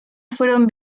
fueron